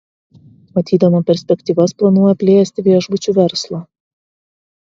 matydama perspektyvas planuoja plėsti viešbučių verslą